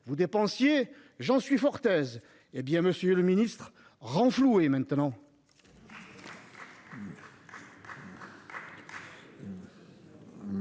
Vous dépensiez ? J'en suis fort aise. Eh bien, monsieur le ministre, renflouez maintenant